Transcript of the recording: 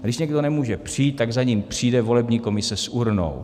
A když někdo nemůže přijít, tak za ním přijde volební komise s urnou.